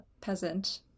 peasant